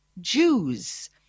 Jews